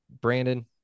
Brandon